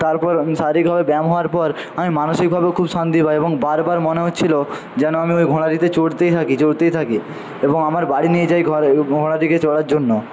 তারপর আমি শারীরিকভাবে ব্যায়াম হওয়ার পর আমি মানসিকভাবেও খুব শান্তি পাই এবং বারবার মনে হচ্ছিলো যেন আমি ঐ ঘোড়াটিতে চড়তেই থাকি চড়তেই থাকি এবং আমার বাড়ি নিয়ে যাই ঘোড়াটিকে চড়ার জন্য